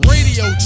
Radio